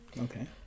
Okay